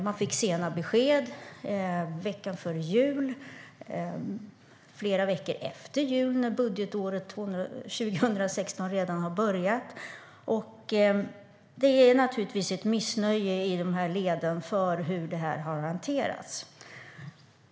Man fick sena besked, veckan före jul och flera veckor efter jul, när budgetåret 2016 redan hade börjat. Det finns ett missnöje i de här leden över hur detta har hanterats.